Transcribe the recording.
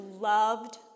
loved